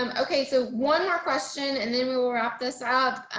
and okay. so, one more question and then we'll we'll wrap this up.